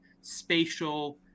spatial